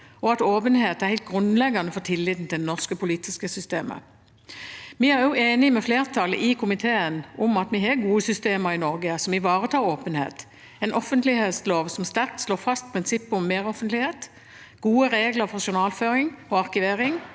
og at åpenhet er helt grunnleggende for tilliten til det norske politiske systemet. Vi er også enige med flertallet i komiteen om at vi har gode systemer i Norge som ivaretar åpenhet, en offentlighetslov som sterkt slår fast prinsippet om mer offentlighet, gode regler for journalføring og arkivering,